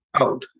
out